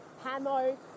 Hamo